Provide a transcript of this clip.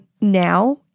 now